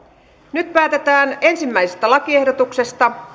nyt päätetään ensimmäisestä lakiehdotuksesta